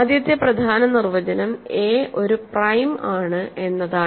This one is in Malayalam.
ആദ്യത്തെ പ്രധാന നിർവചനം a ഒരു പ്രൈം ആണ് എന്നതാണ്